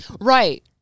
Right